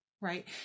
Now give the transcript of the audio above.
Right